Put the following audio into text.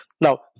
Now